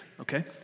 Okay